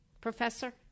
Professor